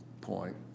point